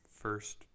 first